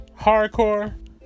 Hardcore